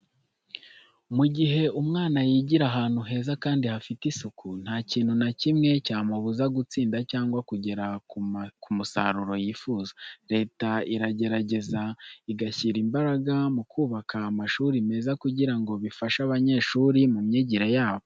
Mu gihe umwana yigira ahantu heza kandi hafite asuku, nta kintu na kimwe cyamubuza gutsinda cyangwa kugera ku musaruro yifuza. Leta iragerageza igashyira imbaraga mu kubaka amashuri meza kugira ngo bifashe abanyeshuri mu myigire yabo.